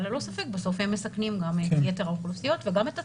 ללא ספק בסוף הם מסכנים את יתר האוכלוסיות וגם את עצמם.